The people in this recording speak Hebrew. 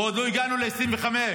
ועוד לא הגענו ל-2025.